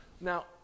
Now